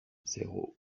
zéro